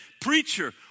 preacher